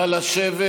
נא לשבת.